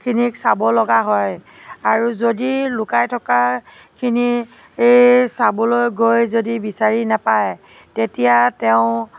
খিনিক চাব লগা হয় আৰু যদি লুকাই থকাখিনি এই চাবলৈ গৈ যদি বিচাৰি নাপায় তেতিয়া তেওঁ